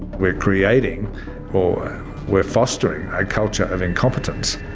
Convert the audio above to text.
we're creating or we're fostering a culture of incompetence.